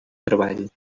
treball